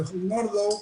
רחוב נורדאו,